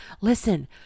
Listen